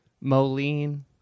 Moline